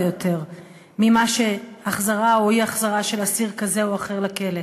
יותר מהחזרה או אי-החזרה של אסיר כזה או אחר לכלא.